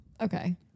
Okay